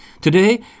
Today